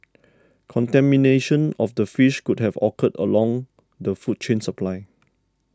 contamination of the fish could have occurred along the food chain supply